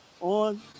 on